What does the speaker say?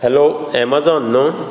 hello Amazon न्हय